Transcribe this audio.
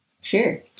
Sure